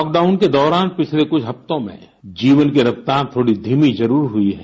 lockdown के दौरान पिछले कुछ हफ्तों में जीवन की रफ्तार थोड़ा धीमी जरूर हुई है